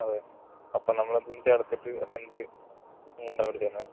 അതെ അപ്പോൾ നമ്മളതും ചേർത്തിട്ട് റെൻറ്റ് എമൗണ്ട് അങ്ങോട്ട് തരണമല്ലേ